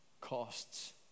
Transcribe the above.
costs